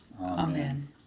Amen